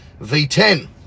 v10